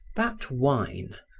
that wine,